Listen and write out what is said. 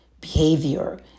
behavior